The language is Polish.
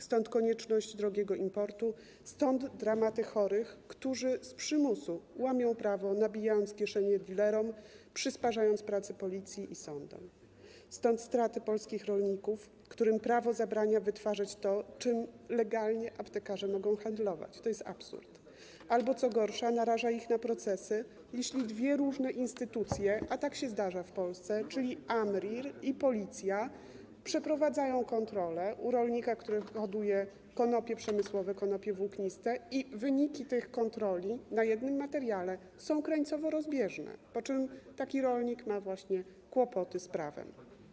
Stąd konieczność drogiego importu, stąd dramaty chorych, którzy z przymusu łamią prawo, nabijając kieszenie dilerom, przysparzając pracy Policji i sądom, stąd straty polskich rolników, którym prawo zabrania wytwarzać to, czym legalnie aptekarze mogą handlować - to jest absurd - albo co gorsza naraża ich na procesy, jeśli dwie różne instytucje, a tak się zdarza w Polsce, czyli AMRiR i Policja przeprowadzają kontrolę u rolnika, który hoduje konopie przemysłowe, konopie włókniste, i wyniki tej kontroli na jednym materiale są krańcowo rozbieżne, po czym taki rolnik ma właśnie kłopoty z prawem.